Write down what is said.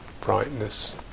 brightness